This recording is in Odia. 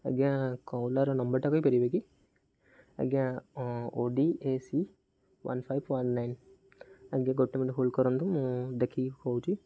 ଆଜ୍ଞା ଓଲାର ନମ୍ବରଟା କହିପାରିବେ କି ଆଜ୍ଞା O D A C one five one nine ଆଜ୍ଞା ଗୋଟେ ମିନିଟ୍ ହୋଲ୍ଡ଼ କରନ୍ତୁ ମୁଁ ଦେଖିକି କହୁଛି